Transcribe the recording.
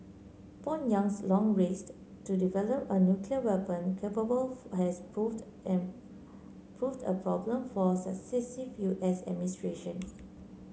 Pyongyang's long race to develop a nuclear weapon capable has proved proved a problem for successive U S administrations